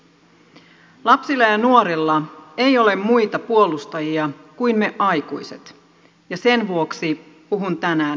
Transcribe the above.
lapsilla ja nuorilla ei ole muita puolustajia kuin me aikuiset ja sen vuoksi puhun tänään heistä